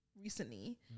recently